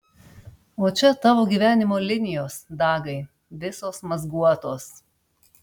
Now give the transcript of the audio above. o čia tavo gyvenimo linijos dagai visos mazguotos